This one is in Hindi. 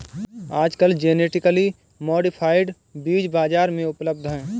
आजकल जेनेटिकली मॉडिफाइड बीज बाजार में उपलब्ध है